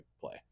play